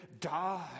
die